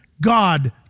God